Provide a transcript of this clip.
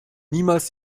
niemals